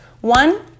One